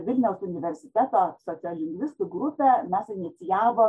vilniaus universiteto sociolingvistų grupę mes inicijavom